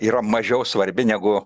yra mažiau svarbi negu